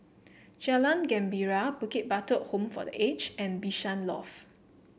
Jalan Gembira Bukit Batok Home for The Aged and Bishan Loft